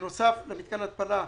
בנוסף למתקן ההתפלה.